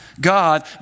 God